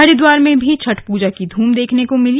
हरिद्वार में भी छठ पूजा की धूम देखने को मिली